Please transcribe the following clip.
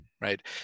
right